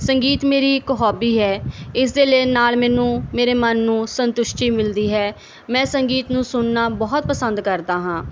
ਸੰਗੀਤ ਮੇਰੀ ਇੱਕ ਹੋਬੀ ਹੈ ਇਸ ਦੇ ਲਈ ਨਾਲ ਮੈਨੂੰ ਮੇਰੇ ਮਨ ਨੂੰ ਸੰਤੁਸ਼ਟੀ ਮਿਲਦੀ ਹੈ ਮੈਂ ਸੰਗੀਤ ਨੂੰ ਸੁਣਨਾ ਬਹੁਤ ਪਸੰਦ ਕਰਦਾ ਹਾਂ